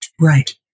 Right